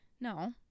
No